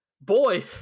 boy